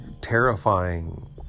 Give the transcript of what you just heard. terrifying